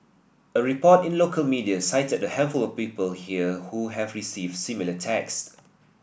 a report in local media cited a handful of people here who have received similar text